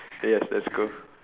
eh yes let's go